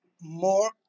more